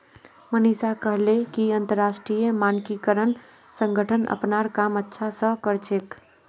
मनीषा कहले कि अंतरराष्ट्रीय मानकीकरण संगठन अपनार काम अच्छा स कर छेक